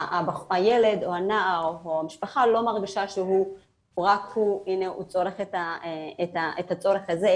שהילד או הנער או המשפחה לא מרגישה שהנה הוא צורך את הצורך הזה,